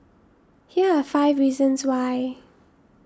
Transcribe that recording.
here are five reasons why